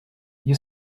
you